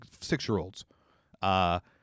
six-year-olds